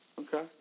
Okay